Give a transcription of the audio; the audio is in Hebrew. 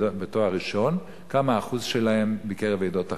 תואר ראשון, מה האחוז שלהם בקרב עדות אחרות,